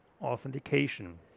authentication